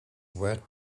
wet